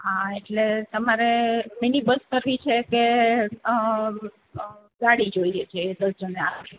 એટલે તમારે mini bus કરવી છે કે ગાડી જોઈએ છે દસ જણને આવી શકે